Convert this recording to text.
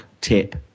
tip